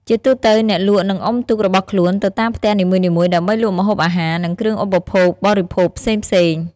ជាទូទៅអ្នកលក់នឹងអុំទូករបស់ខ្លួនទៅតាមផ្ទះនីមួយៗដើម្បីលក់ម្ហូបអាហារ និងគ្រឿងឧបភោគបរិភោគផ្សេងៗ។